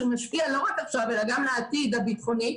שמשפיע לא רק עכשיו אלא גם לעתיד הביטחוני.